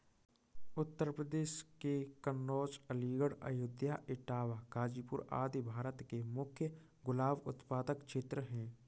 उत्तर प्रदेश के कन्नोज, अलीगढ़, अयोध्या, इटावा, गाजीपुर आदि भारत के मुख्य गुलाब उत्पादक क्षेत्र हैं